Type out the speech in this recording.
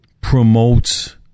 promotes